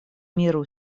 миру